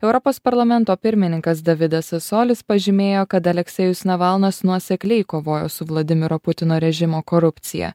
europos parlamento pirmininkas davidasas solis pažymėjo kad aleksejus navalnas nuosekliai kovojo su vladimiro putino režimo korupcija